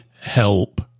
help